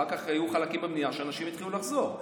אחר כך היו חלקים במדינה שאנשים התחילו לחזור.